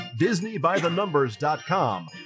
DisneyByTheNumbers.com